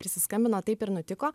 prisiskambino taip ir nutiko